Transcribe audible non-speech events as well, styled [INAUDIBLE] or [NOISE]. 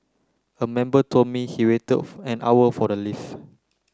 a member told me he waited [UNINTELLIGIBLE] an hour for the lift